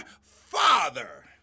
Father